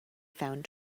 found